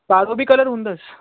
कारो बि कलर हूंदसि